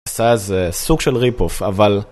זה סוג של ריפוף אבל